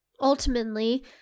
ultimately